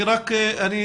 אני רק שואל,